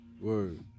Word